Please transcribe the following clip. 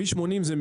בכביש 80,